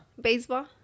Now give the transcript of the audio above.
Baseball